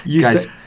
Guys